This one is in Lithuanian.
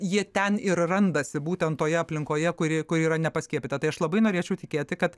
jie ten ir randasi būtent toje aplinkoje kuri yra nepaskiepyta tai aš labai norėčiau tikėti kad